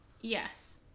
Yes